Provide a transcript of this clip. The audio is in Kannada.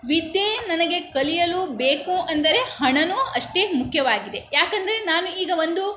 ವಿದ್ಯೆ ನನಗೆ ಕಲಿಯಲು ಬೇಕು ಅಂದರೆ ಹಣವೂ ಅಷ್ಟೇ ಮುಖ್ಯವಾಗಿದೆ ಯಾಕಂದರೆ ನಾನು ಈಗ ಒಂದು